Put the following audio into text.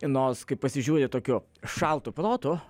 nors kai pasižiūri tokiu šaltu protu